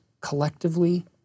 collectively